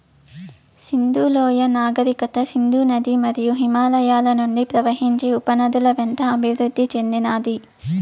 సింధు లోయ నాగరికత సింధు నది మరియు హిమాలయాల నుండి ప్రవహించే ఉపనదుల వెంట అభివృద్ది చెందినాది